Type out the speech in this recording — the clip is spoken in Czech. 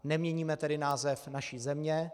Neměníme tedy název naší země.